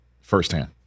firsthand